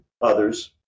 others